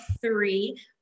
three